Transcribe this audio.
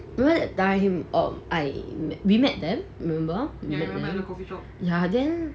you what die him um I'm we met them remember we met them ya then